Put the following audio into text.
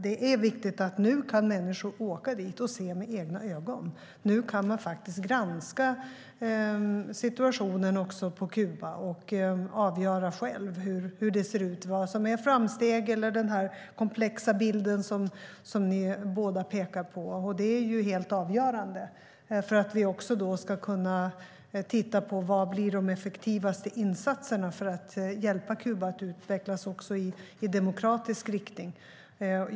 Det är viktigt att människor nu kan åka dit och se med egna ögon. Nu kan de granska situationen också på Kuba och själva avgöra hur det ser ut och vad som är framsteg. Det är den komplexa bild som ni båda pekar på. Det är helt avgörande för att vi också ska kunna titta på: Vad blir de effektivaste insatserna för att hjälpa Kuba att utvecklas i demokratisk riktning?